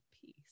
peace